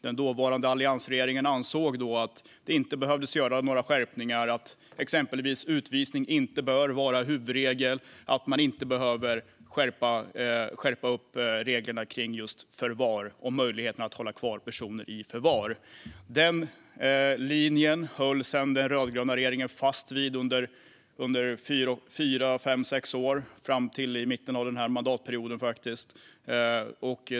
Den dåvarande alliansregeringen ansåg då att det inte behövde göras några skärpningar, att exempelvis utvisning inte borde vara huvudregel och att man inte behövde skärpa reglerna kring förvar och möjligheterna att hålla kvar personer i förvar. Den linjen höll sedan den rödgröna regeringen fast vid under fyra, fem, sex år, faktiskt fram till mitten av den här mandatperioden.